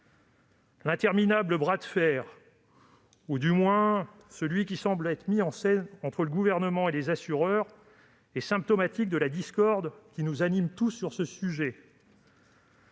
L'interminable bras de fer- du moins celui qui semble être mis en scène -entre le Gouvernement et les assureurs est symptomatique de la discorde qui nous traverse sur ce sujet.